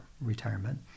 retirement